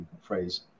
phrase